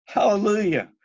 Hallelujah